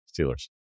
Steelers